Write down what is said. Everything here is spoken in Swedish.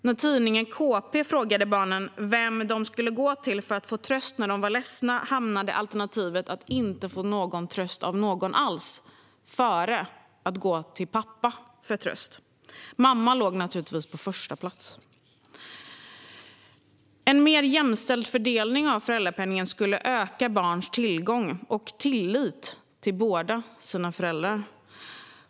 När tidningen KP frågade barnen vem de skulle gå till för att få tröst när de var ledsna hamnade alternativet att inte få tröst från någon alls före att gå till pappa för att få tröst. Mamma låg naturligtvis på första plats. En mer jämställd fördelning av föräldrapenningen skulle öka barns tillgång och tillit till båda sina föräldrar.